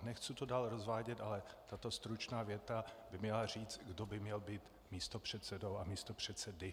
Nechci to dál rozvádět, ale tato stručná věta by měla říct, kdo by měl být místopředsedou a místopředsedy.